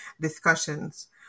discussions